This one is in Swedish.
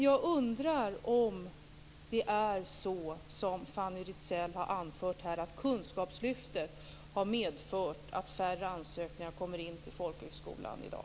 Jag undrar om det är så som Fanny Rizell har anfört, dvs. att kunskapslyftet har medfört att färre ansökningar kommer in till folkhögskolan i dag.